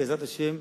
בעזרת השם,